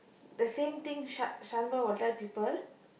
the same thing sha~ shaan boy will tell people